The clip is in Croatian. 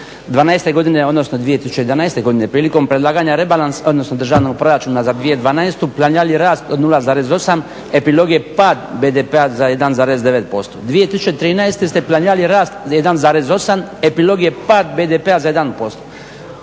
2012. godine, odnosno 2011. godine prilikom predlaganja rebalansa, odnosno državnog proračuna za 2012. planirali rast od 0,8, epilog je pad BDP-a za 1,9%. 2013. ste planirali rast za 1,8, epilog je pad BDP-a za 1%.